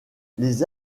les